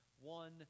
One